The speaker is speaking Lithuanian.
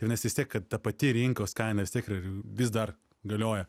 ir nes vis tiek kad ta pati rinkos kaina vis tiek yra vis dar galioja